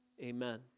Amen